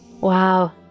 Wow